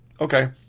Okay